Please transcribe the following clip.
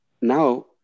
now